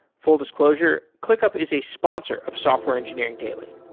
full disclosure clickup is a sponsor of software engineering daily